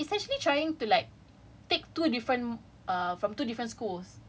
no I mean it's it's actually calling your it's actually calling pula it's actually trying to like